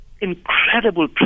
incredible